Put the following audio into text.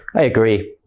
i agree.